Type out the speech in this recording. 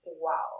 wow